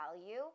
value